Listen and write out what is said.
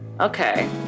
Okay